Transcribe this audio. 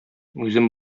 үзем